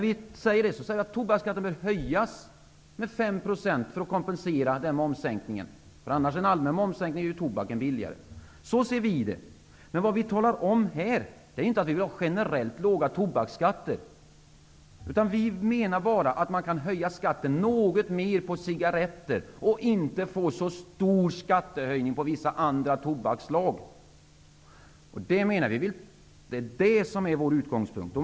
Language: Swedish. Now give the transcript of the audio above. Vi säger också att tobaksskatten bör höjas med 5 % för att kompensera momssänkningen -- annars skulle tobaken bli billigare. Så ser vi det. Vad vi talar om är inte att vi vill ha generellt låga tobaksskatter, utan vi menar bara att man kan höja skatten något mer på cigaretter och inte så mycket på vissa andra tobaksslag. Det är det som är vår utgångspunkt.